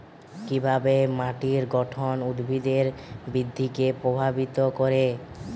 কিভাবে মাটির গঠন উদ্ভিদের বৃদ্ধিকে প্রভাবিত করে?